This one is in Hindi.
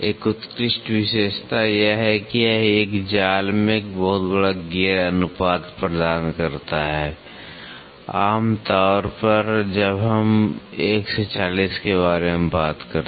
एक उत्कृष्ट विशेषता यह है कि यह एक जाल में एक बहुत बड़ा गियर अनुपात प्रदान करता है आम तौर पर जब हम 1 से 40 के बारे में बात करते हैं